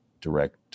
direct